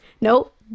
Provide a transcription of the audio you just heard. nope